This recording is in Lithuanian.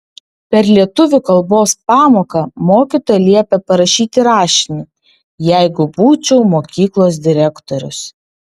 per lietuvių kalbos pamoką mokytoja liepė parašyti rašinį jeigu būčiau mokyklos direktorius